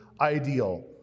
ideal